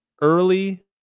early